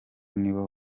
nibo